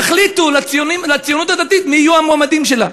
יחליטו לציונות הדתית מי יהיו המועמדים שלה.